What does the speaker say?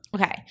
Okay